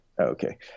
Okay